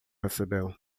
recebeu